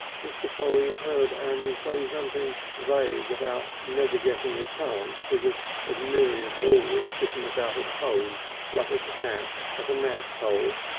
mr. polly heard annie say something vague about never getting a chance because of miriam always sticking about at home like a cat at a mouse-hole,